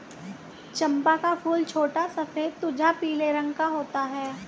चंपा का फूल छोटा सफेद तुझा पीले रंग का होता है